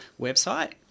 website